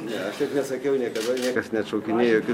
ne aš taip nesakiau niekada niekas neatšaukinėja jokių